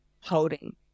holding